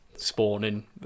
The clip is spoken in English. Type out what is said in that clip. Spawning